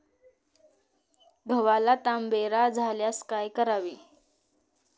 गव्हाला तांबेरा झाल्यास काय करावे?